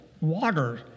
water